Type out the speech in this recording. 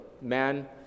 man